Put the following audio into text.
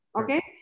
okay